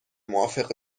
موافق